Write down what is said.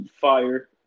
fire